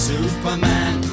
Superman